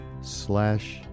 slash